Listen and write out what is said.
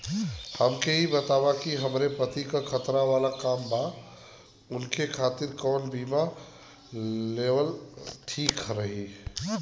हमके ई बताईं कि हमरे पति क खतरा वाला काम बा ऊनके खातिर कवन बीमा लेवल ठीक रही?